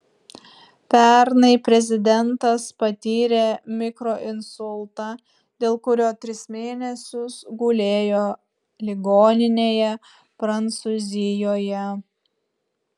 pernai prezidentas patyrė mikroinsultą dėl kurio tris mėnesius gulėjo ligoninėje prancūzijoje